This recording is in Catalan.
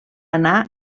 anar